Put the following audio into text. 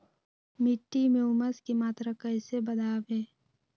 मिट्टी में ऊमस की मात्रा कैसे बदाबे?